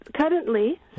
currently